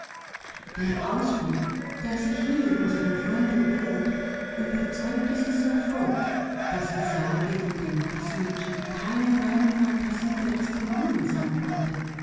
der ausblick der sich hier unseren freunden bot überzeugte sie sofort daß die sage von den marsmenschen keine reine phantasie der astronomen sein konnte